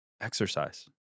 exercise